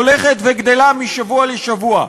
הולכת וגדלה משבוע לשבוע.